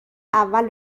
اول